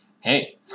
hey